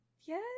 Yes